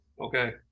Okay